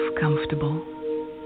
comfortable